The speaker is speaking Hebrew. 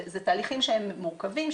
זה תהליכים שהם מורכבים,